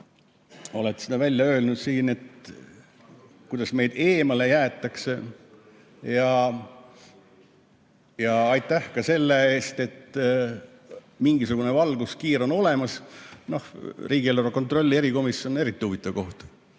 oled selle välja öelnud siin, kuidas meid eemale jäetakse. Ja aitäh ka selle eest, et mingisugune valguskiir on olemas. Riigieelarve kontrolli erikomisjon on eriti huvitav koht,